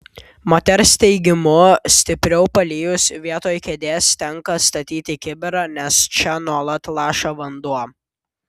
moters teigimu stipriau palijus vietoj kėdės tenka statyti kibirą nes čia nuolat laša vanduo